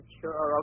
sure